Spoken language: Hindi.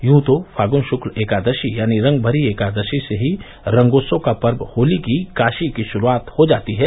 यूं तो फाल्ग्न शुक्ल एकादशी यानी रंगभरी एकादशी से ही रंगोत्सव का पर्व होली की काशी की शुरुआत हो जाती है